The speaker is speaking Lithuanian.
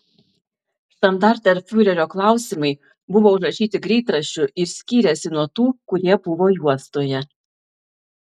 štandartenfiurerio klausimai buvo užrašyti greitraščiu ir skyrėsi nuo tų kurie buvo juostoje